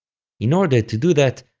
in order to do that,